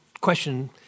question